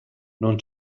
non